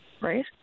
right